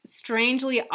strangely